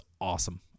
awesome